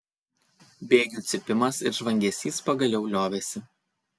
bėgių cypimas ir žvangesys pagaliau liovėsi